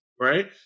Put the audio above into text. right